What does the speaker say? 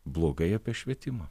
blogai apie švietimą